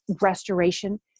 Restoration